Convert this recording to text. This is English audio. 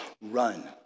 Run